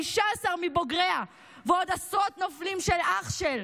15 מבוגריה במלחמה הזו ועוד עשרות נופלים של אח-של,